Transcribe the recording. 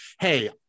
hey